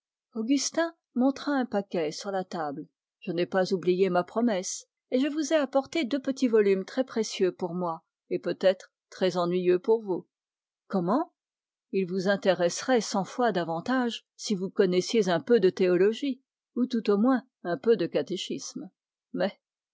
augustin montra un paquet sur la table je n'ai pas oublié ma promesse et je vous ai apporté deux petits volumes très précieux pour moi et peut-être très ennuyeux pour vous comment ils vous intéresseraient cent fois davantage si vous connaissiez un peu de théologie ou tout au moins un peu de catéchisme mais